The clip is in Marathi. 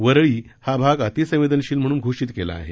वरळी हा भाग अतिसर्वउनशील म्हणून घोषित केला आहे